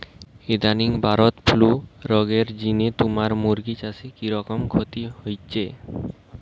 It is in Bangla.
ইদানিং বারদ ফ্লু রগের জিনে তুমার মুরগি চাষে কিরকম ক্ষতি হইচে?